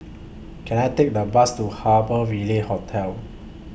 Can I Take The Bus to Harbour Ville Hotel